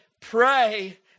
pray